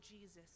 Jesus